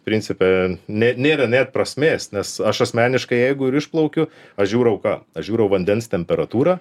principe ne nėra net prasmės nes aš asmeniškai jeigu ir išplaukiu aš žiūriau ką aš žiūrau vandens temperatūrą